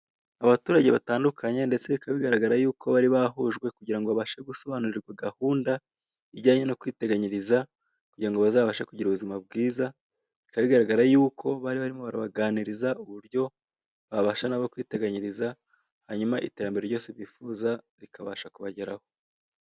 Abaturage batandukanye ndetse bikaba bigaragara yuko bari bahujwe kugira ngo babashe gusobanurirwa gahunda ijyanye no kwiteganyiriza, kugira ngo bazabashe kugira ubuzima bwiza, bikaba bigaragara yuko bari barimo barabaganiriza uburyo babasha nabo kwiteganyiriza, hanyuma iterambere ryose bifuza rikabasha kubageraho.